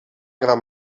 gran